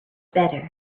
better